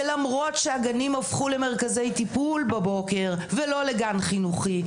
ולמרות שהגנים הפכו למרכזי טיפול בבוקר ולא לגן חינוכי,